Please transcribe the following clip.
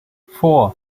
four